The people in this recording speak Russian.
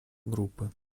группы